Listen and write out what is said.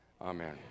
Amen